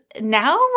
now